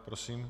Prosím.